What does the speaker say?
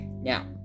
Now